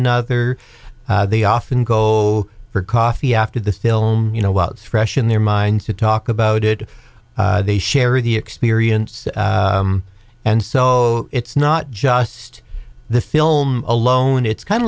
another they often go for coffee after the film you know while it's fresh in their minds to talk about it they share the experience and so it's not just the film alone it's kind